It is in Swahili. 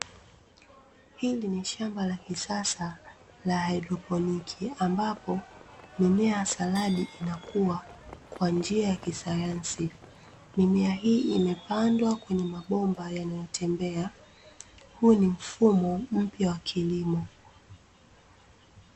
Hili ni shamba la kisasa la Haidroponiki, ambapo mimea ya saradi inakua kwa njia ya kisayansi. Mimea hii imepandwa kwenye mabomba yanayotembea. Huu ni mfumo mpya wa kilimo.